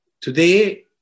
Today